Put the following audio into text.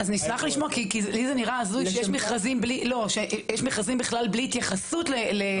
אז נשמח לשמוע כי לי זה נראה הזוי שיש מכרזים בכלל בלי התייחסות לזה.